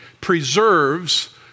preserves